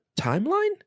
timeline